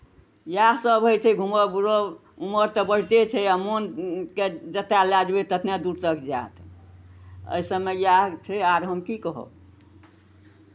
इएह सभ होइ छै घूमब बूलब उमर तऽ बढ़िते छै आ मोनकेँ जतहि लए जेबै ततने दूर तक जायत एहि सभमे इएह छै आर हम की कहब